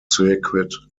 circuit